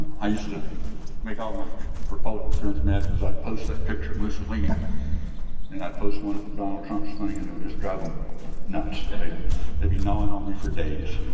i used to make all my republican friends mad because i post that picture of mussolini and i post one from donald trump's thing and it would just drive them nuts. they'll be gnawing on me for days,